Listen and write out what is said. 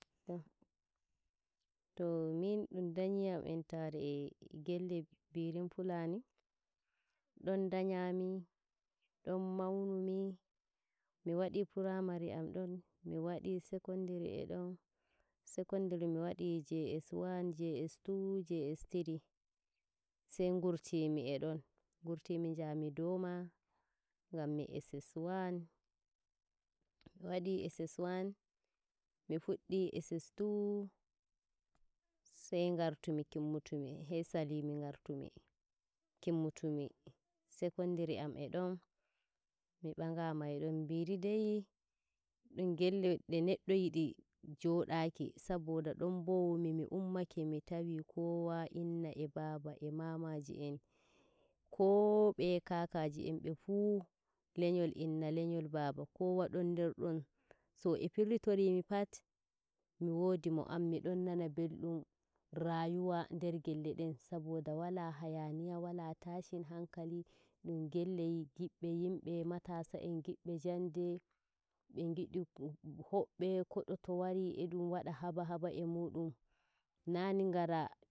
To min dunyiyam entare gelle birin Fulani ɗon danyami doa maunumi mi waɗi primary am ɗon mi wadi secondary e ɗon secondary mi wadi js 1, js 2, js 3, sai ngartumi e ɗon gurtimi njami Doma ngammi SS1, mi wadi ss 1 mifuddi SS2 sai ngartumi kimmutumi, sai salimi ngartumi kimmutimi, secondary an e don, mi ɓangima e ɗon biri dei ɗum gelle nde neɗɗo yiɗi jodaki saboda don bawumi. Mi ummake mi ɗon nana belɗum rayuwa neder gelle den saboda wala hayaniya wala tashin hankali ɗum gell gibbe yimɓe matasa en giɓɓe jonɗe jam. be ngidu be hobbe, fo do to wari e dum wada haba haba e muɗum, naani ngara